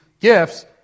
gifts